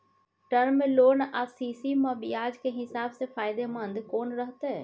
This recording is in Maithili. टर्म लोन आ सी.सी म ब्याज के हिसाब से फायदेमंद कोन रहते?